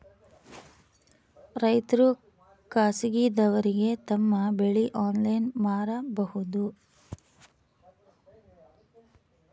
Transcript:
ರೈತರು ಖಾಸಗಿದವರಗೆ ತಮ್ಮ ಬೆಳಿ ಆನ್ಲೈನ್ ಮಾರಬಹುದು?